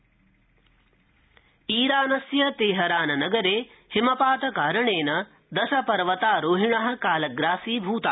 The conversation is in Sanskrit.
ईराने दुर्घटना ईरानस्य तेहरान नगरे हिमपात कारणेन दश पवर्तारोहिण कालग्रासी भूता